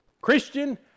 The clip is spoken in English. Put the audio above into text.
Christian